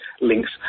links